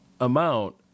amount